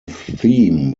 theme